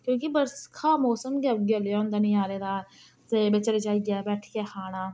क्योंकि बरखा मौसम गै इयो लेहा होंदा नजारेदार ते बिच्च रजाइयै बैठियै खाना